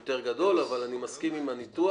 יותר גדול, אבל אני מסכים עם הניתוח,